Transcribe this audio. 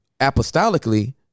apostolically